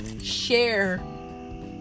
share